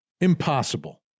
Impossible